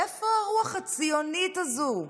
איפה הרוח הציונית הזאת?